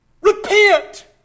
repent